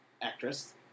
actress